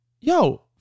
yo